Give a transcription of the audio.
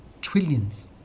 trillions